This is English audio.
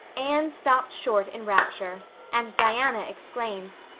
anne stopped short in rapture and diana exclaimed,